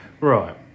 Right